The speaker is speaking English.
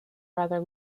rather